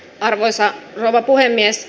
arvoisa rouva puhemies